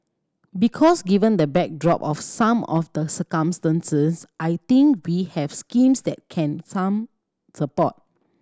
because given the backdrop of some of the circumstances I think we have schemes that can some support